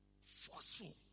Forceful